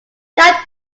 that